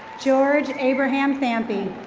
george abraham thampey.